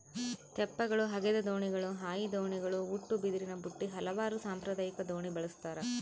ತೆಪ್ಪಗಳು ಹಗೆದ ದೋಣಿಗಳು ಹಾಯಿ ದೋಣಿಗಳು ಉಟ್ಟುಬಿದಿರಿನಬುಟ್ಟಿ ಹಲವಾರು ಸಾಂಪ್ರದಾಯಿಕ ದೋಣಿ ಬಳಸ್ತಾರ